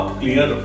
clear